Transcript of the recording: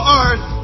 earth